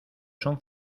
son